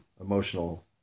emotional